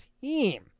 team